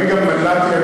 אני גם מנעתי,